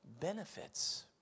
benefits